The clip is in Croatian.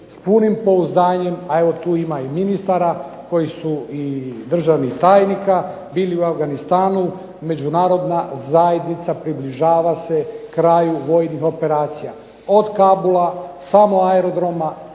s punim pouzdanjem, a evo tu ima i ministara koji su i državnih tajnika bili u Afganistanu. Međunarodna zajednica približava se kraju vojnih operacija od Kabula, samo aerodroma,